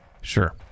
sure